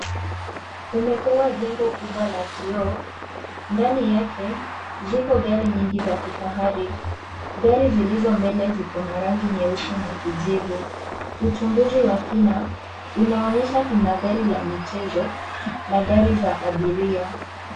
Umepewa jengo kubwa la kioo ndani yake ziko gari nyingi za kifahari. Gari zilizo mbele ziko na rangi nyeusi na kijivu uchunguzi wa kina unaonyesha kuna gari la michezo na gari za abiria.